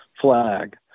flag